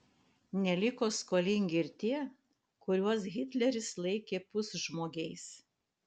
neliko skolingi ir tie kuriuos hitleris laikė pusžmogiais